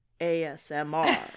ASMR